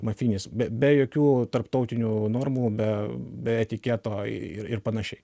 mafijinis be be jokių tarptautinių normų be be etiketo ir ir panašiai